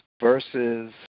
versus